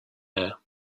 air